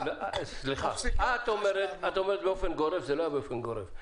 את אומרת באופן גורף זה לא היה באופן גורף.